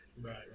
Right